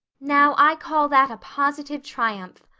now, i call that a positive triumph.